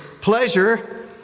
pleasure